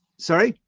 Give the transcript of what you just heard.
sorry,